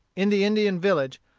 in the indian village,